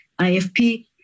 IFP